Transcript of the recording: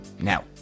Now